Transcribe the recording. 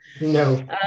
No